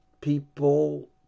people